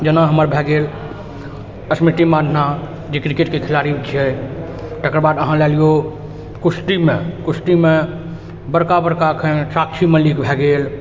जेना हमर भऽ गेल स्मृति मन्धाना जे क्रिकेटके खिलाड़ी छियै तकरबाद अहाँ लए लियौ कुश्तीमे कुश्तीमे बड़का बड़का एखन साक्षी मलिक भए गेल